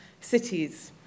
cities